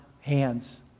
hands